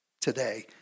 today